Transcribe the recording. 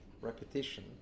repetition